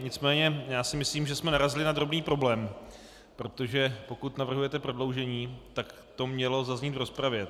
Nicméně myslím, že jsme narazili na drobný problém, protože pokud navrhujete prodloužení, tak to mělo zaznít v rozpravě.